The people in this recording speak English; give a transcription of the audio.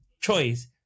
choice